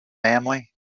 family